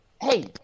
Hey